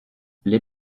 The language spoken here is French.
les